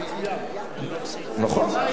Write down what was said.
נכון.